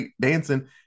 dancing